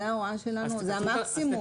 זו ההוראה שלנו, זה המקסימום.